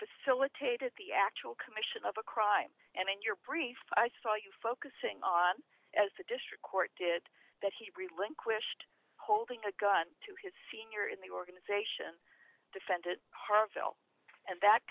facilitated the actual commission of a crime and in your brief i saw you focusing on as the district court did that he relinquished holding a gun to his senior in the organization defended harville and that